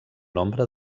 nombre